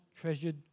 treasured